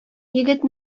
егет